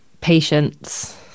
patience